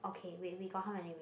okay wait we got how many wait